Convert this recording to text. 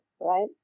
right